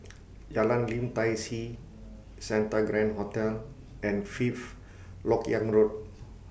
Jalan Lim Tai See Santa Grand Hotel and Fifth Lok Yang Road